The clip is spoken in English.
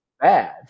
bad